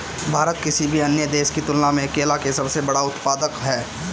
भारत किसी भी अन्य देश की तुलना में केला के सबसे बड़ा उत्पादक ह